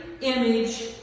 image